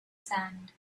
sand